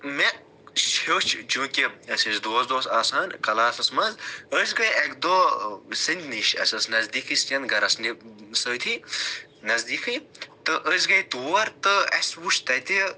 مےٚ ہیٛوچھ چونٛکہ أسۍ ٲسۍ دوس دوس آسان کلاسَس منٛز أسۍ گٔے اَکہِ دۄہ سیٚندِ نِش اسہِ ٲس نزدیٖکٕے سیٚنٛد گھرَس نےٚ سۭتی نزدیٖکٕے تہٕ أسۍ گٔے تور تہِ اسہِ وُچھ تَتہِ